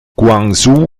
guangzhou